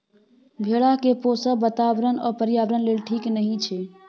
भेड़ा केँ पोसब बाताबरण आ पर्यावरण लेल ठीक नहि छै